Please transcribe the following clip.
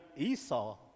Esau